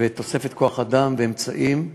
ותוספת כוח-אדם ואמצעים,